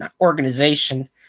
organization